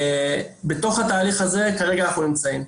בתוך התהליך הזה כרגע אנחנו נמצאים.